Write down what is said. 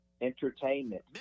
Entertainment